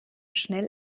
schnell